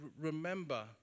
remember